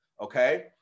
Okay